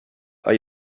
are